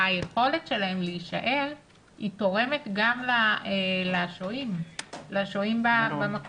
היכולת שלהם להשאר תורמת גם לשוהים במקום.